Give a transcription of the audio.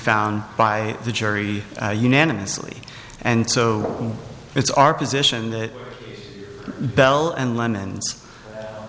found by the jury unanimously and so it's our position that bell and lennon